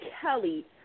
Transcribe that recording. Kelly